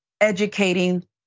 educating